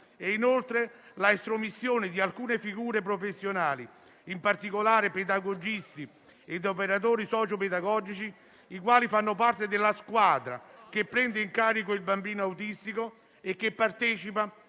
inoltre l'estromissione di alcune figure professionali, in particolare pedagogisti e operatori sociopedagogici, i quali fanno parte della squadra che prende in carico il bambino autistico e che partecipa attivamente al suo